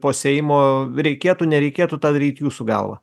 po seimo reikėtų nereikėtų tą daryt jūsų galva